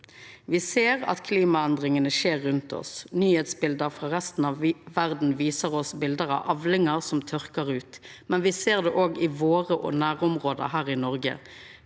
Me ser at klimaendringane skjer rundt oss. Nyheitsbilete frå resten av verda viser oss bilete av avlingar som tørkar ut, men me ser det òg i våre nærområde her i Noreg.